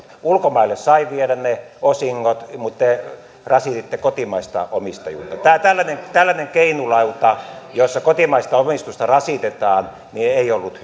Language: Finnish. ulkomaille sai viedä ne osingot mutta te rasititte kotimaista omistajuutta tällainen tällainen keinulauta jossa kotimaista omistusta rasitetaan ei ollut